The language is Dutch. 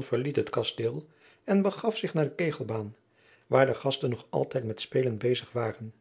verliet het kasteel en begaf zich naar de kegelbaan waar de gasten nog altijd met spelen bezig waren